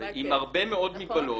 הוא לא עוסק בראיות.